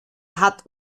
hat